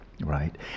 right